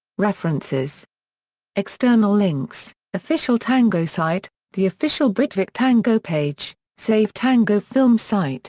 references external links official tango site the official britvic tango page save tango film site